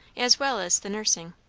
as well as the nursing.